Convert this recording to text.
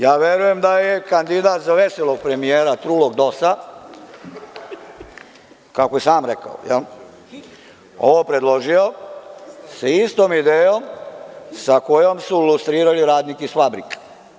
Ja verujem da je kandidat za veselog premijera trulog DOS-a, kako je sam rekao, ovo predložio sa istom idejom sa kojom su lustrirali radnike iz fabrika.